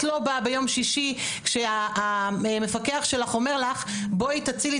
את לא באה ביום שישי כשהמפקח שלך אומר לך 'בואי תצילי